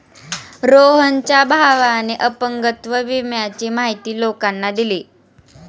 रोहनच्या भावाने अपंगत्व विम्याची माहिती लोकांना दिली